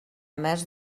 més